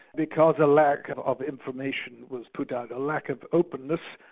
because a lack of information was put out, a lack of openness.